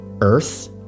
earth